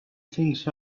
things